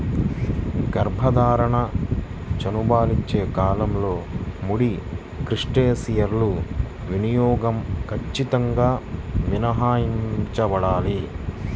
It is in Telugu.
గర్భధారణ, చనుబాలిచ్చే కాలంలో ముడి క్రస్టేసియన్ల వినియోగం ఖచ్చితంగా మినహాయించబడాలి